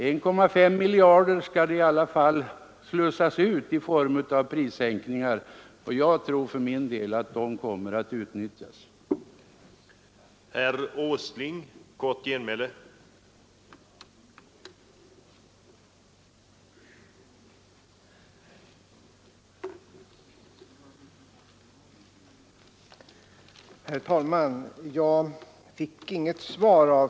1,5 miljarder skall ju slussas ut i form av prissänkningar, och jag tror för min del att de kommer att uttnyttjas på det sätt vi har tänkt oss.